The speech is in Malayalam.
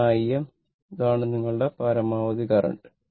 ഇതാണ് Im ഇതാണ് നിങ്ങളുടെ പരമാവധി കറന്റ്